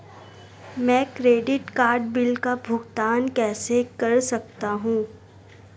मैं credit card bill का भुगतान कैसे कर सकता हूं?